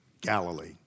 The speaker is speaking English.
Galilee